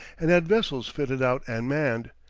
and had vessels fitted out and manned,